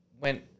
went